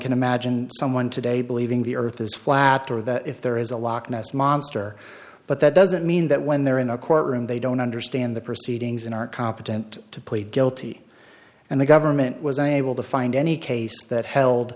can imagine someone today believing the earth is flat or that if there is a lochness monster but that doesn't mean that when they're in a courtroom they don't understand the proceedings and aren't competent to plead guilty and the government was unable to find any case that held